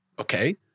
okay